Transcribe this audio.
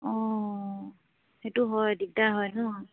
অঁ সেইটো হয় দিগদাৰ হয় ন